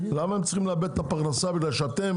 למה הם צריכים לאבד את הפרנסה בגלל שאתם